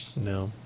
no